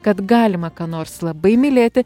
kad galima ką nors labai mylėti